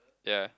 ya